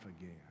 again